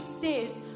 says